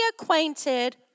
acquainted